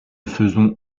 faisons